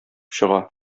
чыга